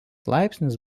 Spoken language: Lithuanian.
laipsnis